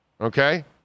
Okay